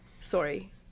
Sorry